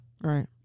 Right